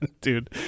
Dude